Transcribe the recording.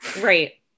Right